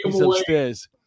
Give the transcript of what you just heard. upstairs